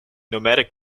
nomadic